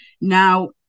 now